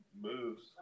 moves